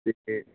ਅਤੇ